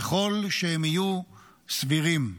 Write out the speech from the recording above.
ככל שהם יהיו סבירים.